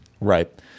Right